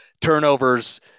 Turnovers